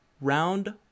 round